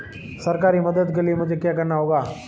सरकारी मदद के लिए मुझे क्या करना होगा?